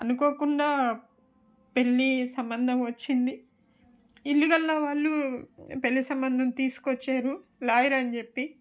అనుకోకుండా పెళ్ళి సంబంధం వచ్చింది ఇల్లు గల్లా వాళ్ళు పెళ్లి సంబంధం తీసుకొచ్చారు లాయరని చెప్పి